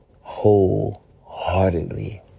wholeheartedly